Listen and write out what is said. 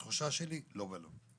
בתחושה שלי לא באמת.